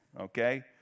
okay